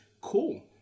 Cool